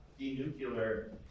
denuclear